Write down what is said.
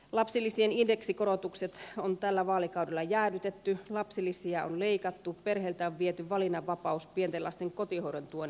lapsilisien indeksikorotukset on tällä vaalikaudella jäädytetty lapsilisiä on leikattu perheiltä on viety valinnanvapaus pienten lasten kotihoidon tuen kiintiöittämisellä